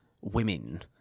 women